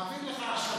נעביר לך עכשיו.